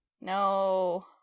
No